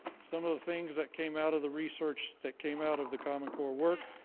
some of the things that came out of the research, that came out of the common core work.